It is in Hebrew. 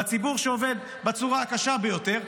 בציבור שעובד בצורה הקשה ביותר.